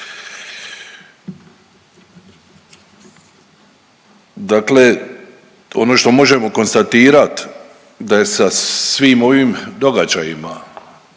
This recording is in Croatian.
Dakle ono što možemo konstatirat da je sa svim ovim događajima